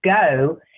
go